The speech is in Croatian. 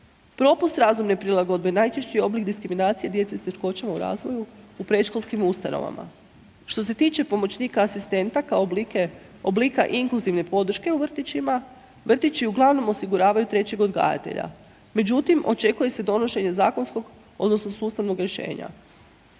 Propust razumne prilagodbe najčešći je oblik diskriminacije djece s teškoćama u razvoju u predškolskim ustanovama. Što se tiče pomoćnika asistenta, kao oblika inkluzivne podrške u vrtićima, vrtići uglavnom osiguravaju trećeg odgajatelja. Međutim, očekuje se donošenje zakonskog odnosno sustavnog rješenja.